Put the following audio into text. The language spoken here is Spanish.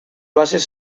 bases